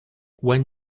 when